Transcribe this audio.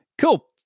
Cool